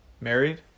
Married